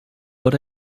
what